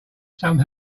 some